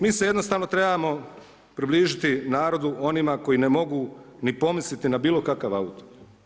Mi se jednostavno trebamo približiti narodu, onima koji ne mogu ni pomisliti na bilokakav auto.